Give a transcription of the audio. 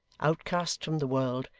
outcasts from the world,